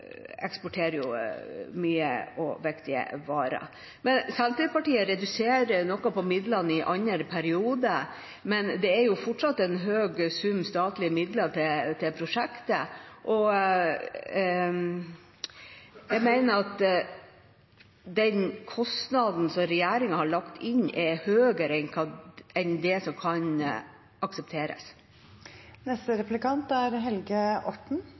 og viktige varer. Senterpartiet reduserer noe på midlene i andre periode, men det er fortsatt en høy sum statlige midler til prosjektet. Jeg mener at den kostnaden som regjeringa har lagt inn, er høyere enn det som kan aksepteres. Jeg registrerer at representanten Mossleth – og for så vidt også representanten Myrli – viste til at det ikke er